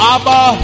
Abba